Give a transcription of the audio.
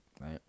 Right